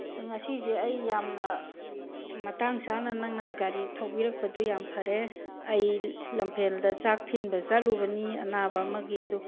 ꯉꯁꯤꯁꯦ ꯑꯩ ꯌꯥꯝꯅ ꯃꯇꯥꯡ ꯆꯥꯅ ꯅꯪꯅ ꯒꯥꯔꯤ ꯊꯧꯕꯤꯔꯛꯄꯗꯨ ꯌꯥꯝ ꯐꯔꯦ ꯑꯩ ꯂꯝꯐꯦꯜꯗ ꯆꯥꯛ ꯊꯤꯟꯕ ꯆꯠꯂꯨꯕꯅꯤ ꯑꯅꯥꯕ ꯑꯃꯒꯤ ꯑꯗꯨ